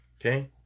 Okay